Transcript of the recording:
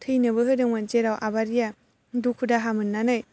थैनोबो होदोंमोन जेराव आबारिया दुखु दाहा मोन्नानै